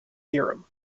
theorem